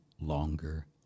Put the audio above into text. longer